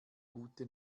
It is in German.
gute